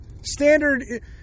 Standard